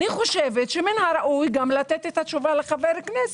אני חושבת שמן הראוי לתת את התשובה גם לחבר כנסת.